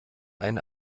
ein